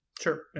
Sure